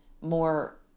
more